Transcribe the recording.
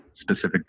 specific